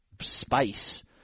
space